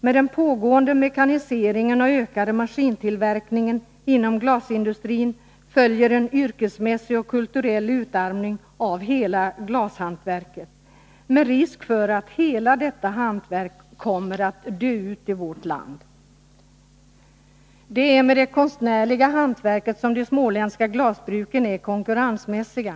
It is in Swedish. Med den pågående mekaniseringen och den ökade maskintillverkningen inom glasindustrin följer en yrkesmässig och kulturell utarmning av hela glashantverket med risk för att hela detta hantverk kommer att dö ut i vårt land. Det är med det konstnärliga hantverket som de småländska glasbruken är konkurrensmässiga.